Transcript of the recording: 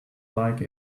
like